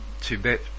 Tibet